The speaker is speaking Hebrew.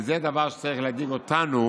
וזה דבר שצריך להדאיג אותנו,